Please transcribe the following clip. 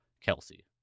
Kelsey